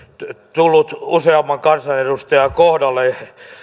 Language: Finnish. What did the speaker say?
tullut useamman kansanedustajan kohdalle